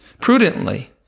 Prudently